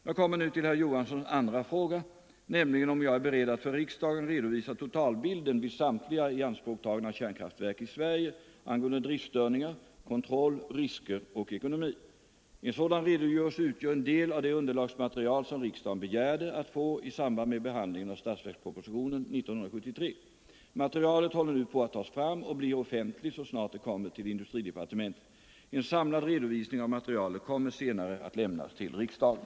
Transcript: Jag kommer nu till herr Johanssons andra fråga, nämligen om jag är beredd att för riksdagen redovisa totalbilden vid samtliga ianspråktagna kärnkraftverk i Sverige angående driftstörningar, kontroll, risker och ekonomi. En sådan redogörelse utgör en del av det underlagsmaterial som riksdagen begärde att få i samband med behandlingen av statsverkspropositionen 1973. Materialet håller nu på att tas fram och blir offentligt så snart det kommer till industridepartementet. En samlad redovisning av materialet kommer senare att lämnas till riksdagen.